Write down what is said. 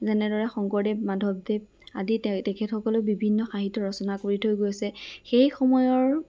যেনেদৰে শংকৰদেৱ মাধৱদেৱ আদি তে তেখেতসকলে বিভিন্ন সাহিত্য ৰচনা কৰি থৈ গৈছে সেই সময়ৰ